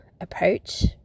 approach